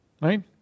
Right